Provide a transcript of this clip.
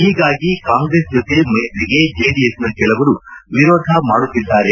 ಹೀಗಾಗಿ ಕಾಂಗ್ರೆಸ್ ಜತೆ ಮೈತ್ರಿಗೆ ಜೆಡಿಎಸ್ನ ಕೆಲವರು ವಿರೋಧ ಮಾಡುತ್ತಿದ್ದಾರೆ